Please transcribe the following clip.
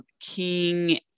King